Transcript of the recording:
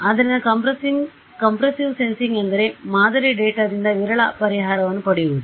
ಆದ್ದರಿಂದ compressive sensing ಎಂದರೆ ಮಾದರಿ ಡೇಟಾದಿಂದ ವಿರಳ ಪರಿಹಾರಗಳನ್ನು ಪಡೆಯುವುದು